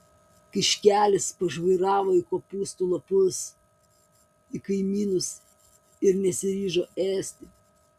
kiškelis pažvairavo į kopūstų lapus į kaimynus ir nesiryžo ėsti